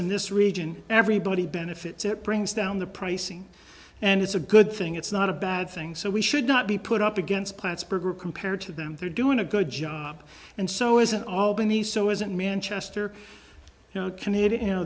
in this region everybody benefits it brings down the pricing and it's a good thing it's not a bad thing so we should not be put up against plattsburg or compared to them they're doing a good job and so isn't albany so isn't manchester canadian